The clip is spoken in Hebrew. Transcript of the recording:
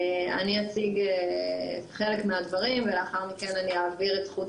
אני אציג חלק מהדברים ולאחר מכן אני אעביר את זכות